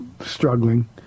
struggling